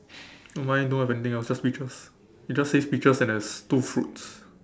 mine don't have anything else it's just peaches it just says peaches and there is two fruits